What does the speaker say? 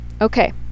Okay